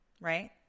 right